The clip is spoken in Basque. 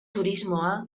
turismoa